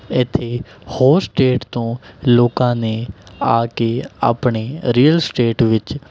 ਇੱਥੇ ਹੋਰ ਸਟੇਟ ਤੋਂ ਲੋਕਾਂ ਨੇ ਆ ਕੇ ਆਪਣੀ ਰੀਅਲ ਸਟੇਟ ਵਿੱਚ